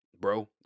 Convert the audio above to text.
Bro